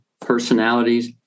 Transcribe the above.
personalities